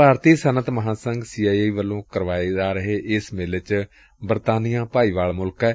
ਭਾਰਤੀ ਸੱਨਅਤ ਮਹਾਂਸੰਘ C I I ਵੱਲੋਂ ਕਰਵਾਏ ਜਾ ਰਹੇ ਏਸ ਮੇਲੇ ਵਿਚ ਬਰਤਾਨੀਆਂ ਭਾਈਵਲ ਮੁਲਕ ਏ